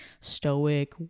stoic